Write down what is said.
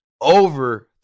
over